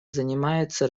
занимается